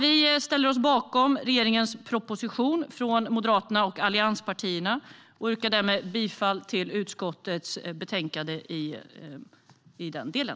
Vi från Moderaterna och allianspartierna ställer oss bakom regeringens proposition och yrkar därmed bifall till utskottets förslag i den delen.